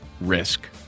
risk